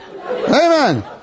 amen